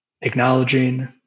acknowledging